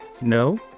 No